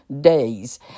days